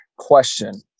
question